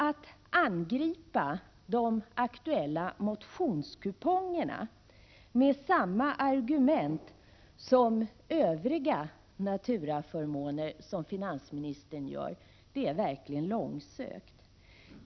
Att angripa de aktuella motionskupongerna med samma argument som övriga naturaförmåner, som finansministern gör, är verkligen långsökt.